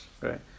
right